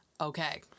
Okay